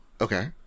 okay